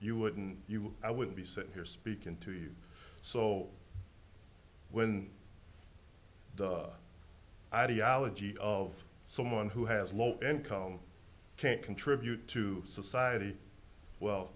you wouldn't you i would be sitting here speaking to you so when the ideology of someone who has low income can't contribute to society well